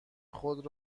خود